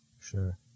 Sure